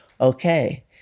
okay